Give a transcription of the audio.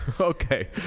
Okay